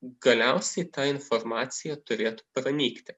galiausiai ta informacija turėtų pranykti